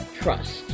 trust